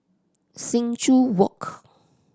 Sing Joo Walk